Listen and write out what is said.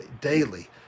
daily